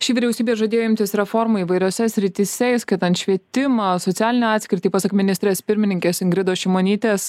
ši vyriausybė žadėjo imtis reformų įvairiose srityse įskaitant švietimą socialinę atskirtį pasak ministrės pirmininkės ingridos šimonytės